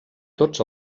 tots